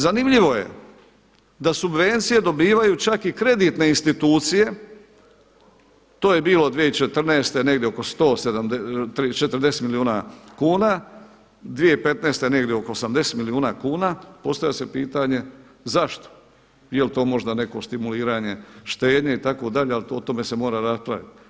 Zanimljivo je da subvencije dobivaju čak i kreditne institucije, to je bilo 2014. negdje oko 140 milijuna kuna, 2015. oko 80 milijuna kuna, postavlja se pitanje zašto, jel to možda neko stimuliranje štednje itd. ali o tome se mora raspraviti.